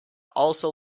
also